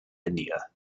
india